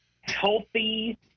healthy